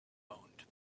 owned